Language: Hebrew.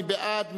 מי בעד?